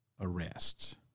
arrest